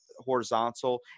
Horizontal